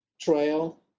trail